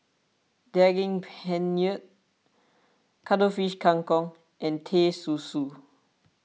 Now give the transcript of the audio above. Daging Penyet Cuttlefish Kang Kong and Teh Susu